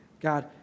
God